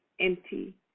empty